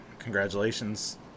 Congratulations